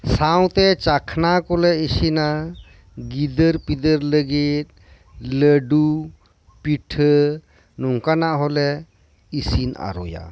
ᱥᱟᱶᱛᱮ ᱪᱟᱠᱷᱱᱟ ᱠᱚᱞᱮ ᱤᱥᱤᱱᱟ ᱜᱤᱫᱟᱹᱨ ᱯᱤᱫᱟᱹᱨ ᱞᱟᱹᱜᱤᱫ ᱞᱟᱹᱰᱩ ᱯᱤᱴᱷᱟᱹ ᱱᱚᱝᱠᱟᱱᱟᱜ ᱦᱚᱸᱞᱮ ᱤᱥᱤᱱ ᱟᱨᱚᱭᱟ